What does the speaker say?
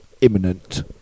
imminent